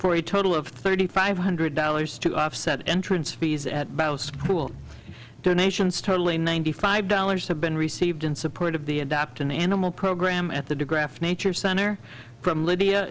for a total of thirty five hundred dollars to offset entrance fees at bow school donations totally ninety five dollars have been received in support of the adopt an animal program at the digraph nature center from lydia